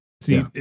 See